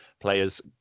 players